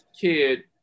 kid